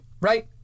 right